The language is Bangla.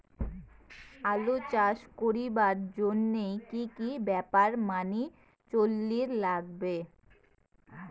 আলু চাষ করিবার জইন্যে কি কি ব্যাপার মানি চলির লাগবে?